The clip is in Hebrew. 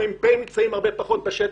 מפקדי הפלוגות נמצאים פחות בשטח.